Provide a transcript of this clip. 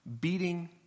beating